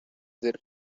their